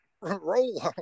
Roll